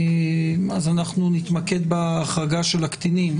אז אנחנו נתמקד בהחרגה של הקטינים.